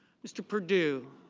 mr. perdue,